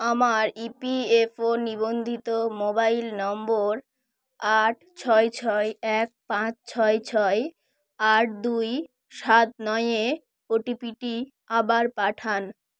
আমার ইপিএফও নিবন্ধিত মোবাইল নম্বর আট ছয় ছয় এক পাঁচ ছয় ছয় আট দুই সাত নয়ে ও টি পি টি আবার পাঠান